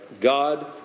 God